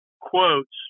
quotes